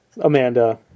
Amanda